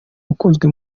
ukunzwe